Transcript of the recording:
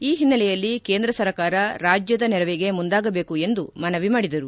ಈ ಹಿನ್ನೆಲೆಯಲ್ಲಿ ಕೇಂದ್ರ ಸರ್ಕಾರ ರಾಜ್ಯದ ನೆರವಿಗೆ ಮುಂದಾಗಬೇಕು ಎಂದು ಮನವಿ ಮಾಡಿದರು